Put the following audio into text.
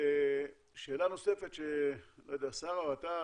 שאלה נוספת לשרה או לך,